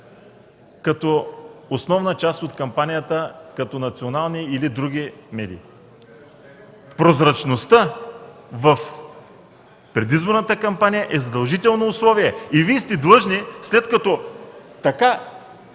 като основна част от кампанията в национални или други медии? Прозрачността в предизборната кампания е задължително условие и Вие сте длъжни, след като така